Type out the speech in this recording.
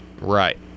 Right